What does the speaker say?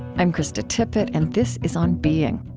i'm krista tippett, and this is on being.